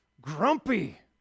grumpy